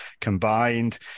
combined